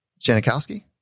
Janikowski